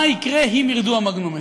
מה יקרה אם ירדו המגנומטרים.